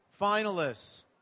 finalists